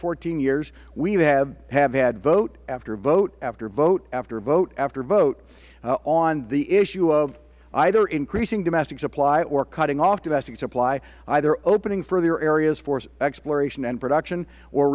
fourteen years we have had vote after vote after vote after vote after vote on the issue of either increasing domestic supply or cutting off domestic supply either opening further areas for exploration and production or